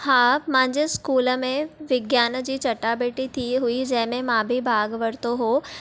हा मुंहिंजे स्कूल में विज्ञान जी चटा भेटी थी हुई जंहिं में मां बि भाॻु वरितो हो